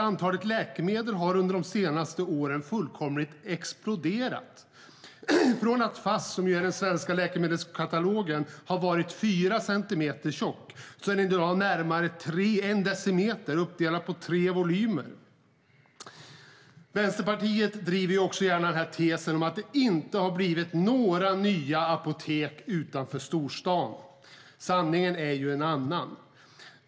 Antalet läkemedel har nämligen ökat explosionsartat under de senaste åren. Den svenska läkemedelskatalogen Fass var tidigare fyra centimeter tjock; i dag är den närmare en decimeter tjock och uppdelad på tre volymer. Vänsterpartiet driver också tesen att det inte har blivit några nya apotek utanför storstan. Sanningen är en annan.